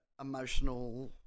emotional